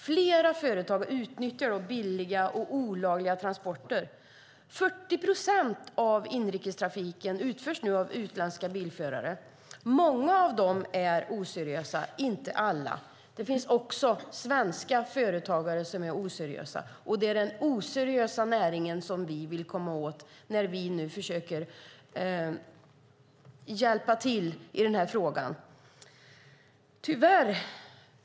Flera företag utnyttjar billiga och olagliga transporter. 40 procent av inrikestrafiken utförs nu av utländska bilförare. Många av dem är oseriösa, men inte alla. Det finns också svenska företagare som är oseriösa. Det är den oseriösa näringen som vi vill komma åt när vi nu försöker hjälpa till i den här frågan.